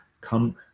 come